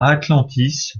atlantis